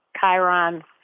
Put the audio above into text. Chiron